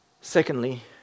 Secondly